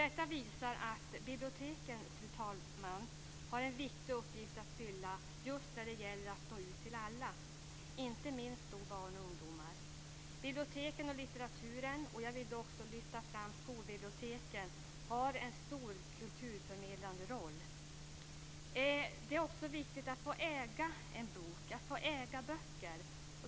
Detta visar att biblioteken, fru talman, har en viktig uppgift att fylla just när det gäller att nå ut till alla, inte minst barn och ungdomar. Biblioteken och litteraturen, och jag vill då också lyfta fram skolbiblioteken, har en stor kulturförmedlande roll. Det är också viktigt att få äga böcker.